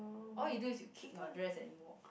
all you do is you kick your dress and you walk